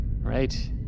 right